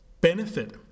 benefit